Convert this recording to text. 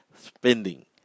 spending